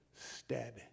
stead